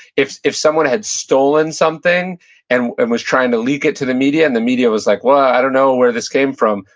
if if someone had stolen something and and was trying to leak it to the media, and the media was like, well, i don't know where this came from,